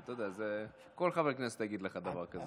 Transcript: אתה יודע, כל חבר כנסת יגיד לך דבר כזה.